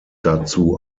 dazu